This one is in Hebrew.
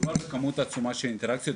מדובר בכמות עצומה של אינטראקציות,